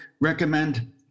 recommend